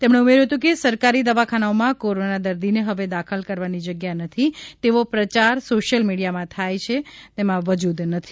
તેમણે ઉમેર્યુ હતું કે સરકારી દવાખાનામાં કોરોના દરદી ને હવે દાખલ કરવાની જગ્યા નથી તેવો પ્રયાર સોશિયલ મીડિયા માં થાય છે તેમાં વજૂદ નથી